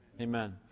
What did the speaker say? amen